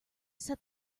set